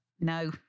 No